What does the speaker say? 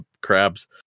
crabs